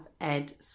Ed